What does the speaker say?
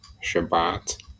Shabbat